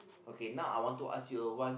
okay now I want to ask you a one